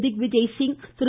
திக் Vijay Singh திரு